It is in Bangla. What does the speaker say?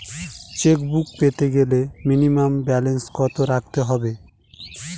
চেকবুক পেতে গেলে মিনিমাম ব্যালেন্স কত রাখতে হবে?